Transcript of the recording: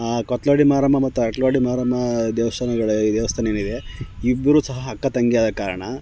ಕೊತ್ಲವಾಡಿ ಮಾರಮ್ಮ ಮತ್ತು ಅರಕಲ್ವಾಡಿ ಮಾರಮ್ಮ ದೇವಸ್ಥಾನಗಳು ದೇವಸ್ಥಾನ ಏನು ಇದೆ ಇಬ್ಬರೂ ಸಹ ಅಕ್ಕ ತಂಗಿ ಆದ ಕಾರಣ